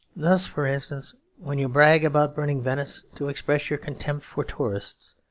thus, for instance, when you brag about burning venice to express your contempt for tourists,